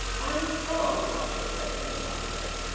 i saw the concert i attended last night.